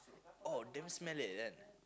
oh damn smelly like that